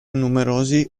numerosi